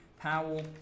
Powell